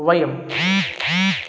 वयं